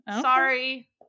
sorry